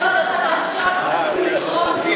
עובדות חדשות מסעירות,